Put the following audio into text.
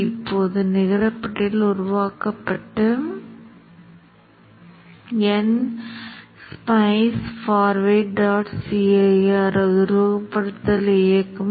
இப்போது நாம் பார்க்க விரும்பும் மற்றொரு புள்ளி இங்கே Vq டிரான்சிஸ்டரில் உள்ள மின்னழுத்தம் Vq பற்றி நாம் அதிகம் விவாதித்து இருக்கிறோம்